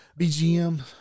BGM